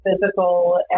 physical